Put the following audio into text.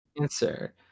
Answer